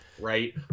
right